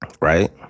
Right